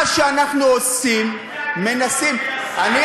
מה שאנחנו עושים, מנסים, אל תדאג לנו, אדוני השר.